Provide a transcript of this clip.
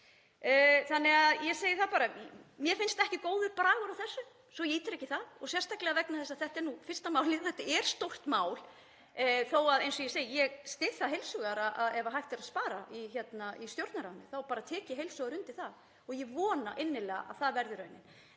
Þannig að ég segi að mér finnst ekki góður bragur á þessu, svo ég ítreki það, sérstaklega vegna þess að þetta er fyrsta málið og þetta er stórt mál þó að, eins og ég segi, ég styðji það heils hugar ef hægt er að spara í Stjórnarráðinu. Þá bara tek ég heils hugar undir það og ég vona innilega að það verði raunin.